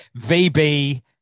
VB